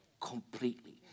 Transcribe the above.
completely